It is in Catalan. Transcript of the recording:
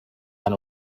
tan